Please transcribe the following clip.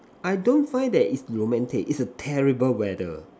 I don't find that it's romantic it's a terrible weather